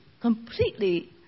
completely